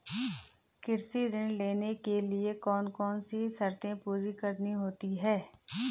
कृषि ऋण लेने के लिए कौन कौन सी शर्तें पूरी करनी होती हैं?